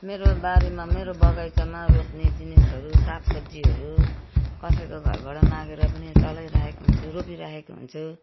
मेरो बारीमा मेरो बगैँचामा रोप्ने जिनिसहरू साग सब्जीहरू कसैको घरबाट मागेर पनि चलाइरहेको हुन्छु रोपिरहेको हुन्छु